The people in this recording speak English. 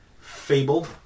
fabled